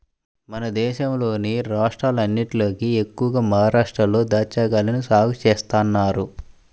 మన దేశంలోని రాష్ట్రాలన్నటిలోకి ఎక్కువగా మహరాష్ట్రలో దాచ్చాకాయల్ని సాగు చేత్తన్నారు